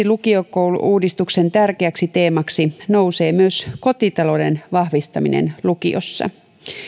lukiokoulu uudistuksen tärkeäksi teemaksi nousee myös kotitalouden vahvistaminen lukiossa